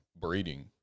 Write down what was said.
breeding